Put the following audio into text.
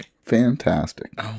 Fantastic